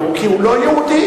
כי הוא לא יהודי.